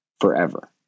forever